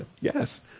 Yes